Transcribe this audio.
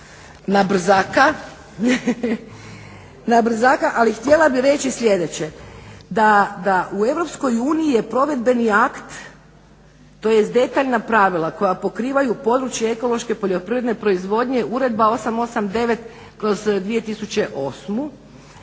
na brzaka. Ali htjela bih reći sljedeće. Da u Europskoj uniji je provedbeni akt, tj. detaljna pravila koja pokrivaju područje ekološke poljoprivredne proizvodnje Uredba 889/2008.